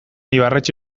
ibarretxe